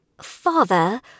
Father